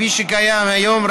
כפי שקיים היום,